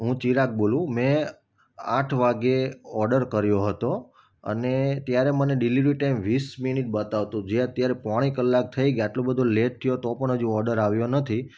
હું ચિરાગ બોલું મેં આઠ વાગે ઓર્ડર કર્યો હતો અને ત્યારે મને ડિલીવરી ટાઈમ વીસ મિનિટ બતાવતું જે અત્યારે પોણી કલાક થઈ ગઈ આટલું બધુ લેટ થયો તો પણ હજુ ઓર્ડર આવ્યો નથી